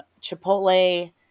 Chipotle